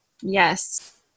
Yes